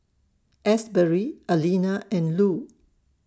Asberry Alena and Lue